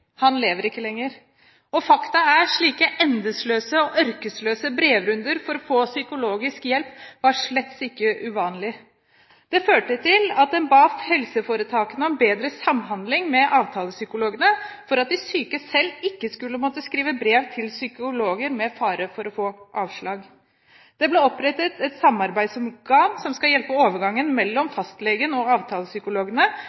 Han lever ikke lenger. Fakta er at slike endeløse og ørkesløse brevrunder for å få psykologisk hjelp slett ikke var uvanlig. Det førte til at en ba helseforetakene om bedre samhandling med avtalepsykologene for at de syke selv ikke skulle måtte skrive brev til psykologer med fare for å få avslag. Det ble opprettet et samarbeidsorgan som skal hjelpe i overgangen mellom